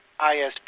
ISP